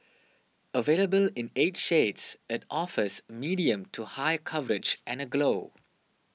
available in eight shades it offers medium to high coverage and a glow